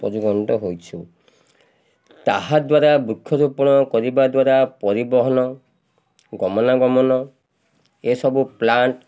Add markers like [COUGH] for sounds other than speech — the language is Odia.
[UNINTELLIGIBLE] ହୋଇଛୁ ତାହାଦ୍ୱାରା ବୃକ୍ଷ ରୋପଣ କରିବା ଦ୍ୱାରା ପରିବହନ ଗମନାଗମନ ଏସବୁ ପ୍ଲାଣ୍ଟ୍